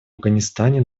афганистане